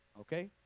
Okay